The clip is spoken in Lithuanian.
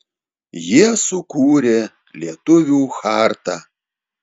jie sukūrė lietuvių chartą